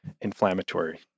inflammatory